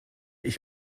ich